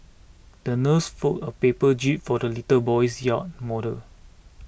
the nurse folded a paper jib for the little boy's yacht model